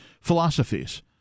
philosophies